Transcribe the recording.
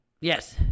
Yes